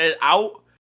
out